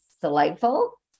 delightful